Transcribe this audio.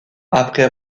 après